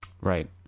Right